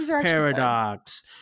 paradox